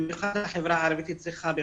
במיוחד החברה הערבית צריכה,